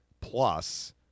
plus